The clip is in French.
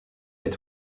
est